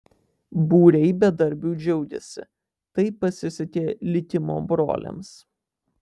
būriai bedarbių džiaugiasi tai pasisekė likimo broliams